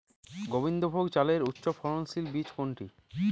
গোবিন্দভোগ চালের উচ্চফলনশীল বীজ কোনটি?